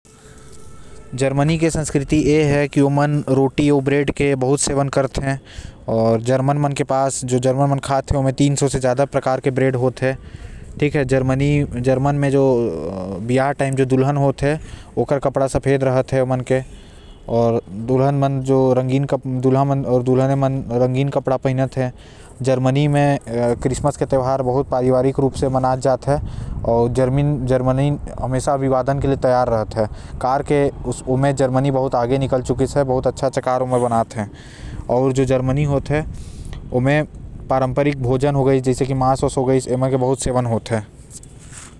जर्मनी के संस्कृति है के ओमन रोटी आऊ ब्रेड के बहुत सेवन करते। आऊ साथ म ओमन जो ब्रेड खाते उमा तीन सौ प्रकार के ब्रेड होएल आऊ क्रिसमस भी धूम धाम से बनाए जाते आऊ साथ म शादी के वक्त लड़की मन सफेद कपड़ा पहिनते।